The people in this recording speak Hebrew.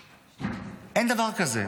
אין דבר כזה.